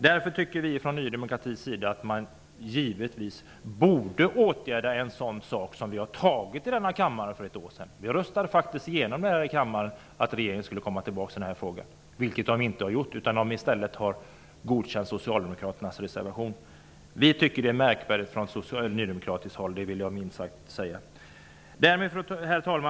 Därför tycker vi från Ny demokratis sida att man givetvis borde åtgärda en sådan sak som vi har beslutat om i denna kammare för ett år sedan. Vi röstade faktiskt igenom i att regeringen skulle återkomma i denna fråga. Det har man inte har gjort utan i stället godkänt socialdemokraternas reservation. Vi nydemokrater tycker att detta är minst sagt märkligt. Herr talman!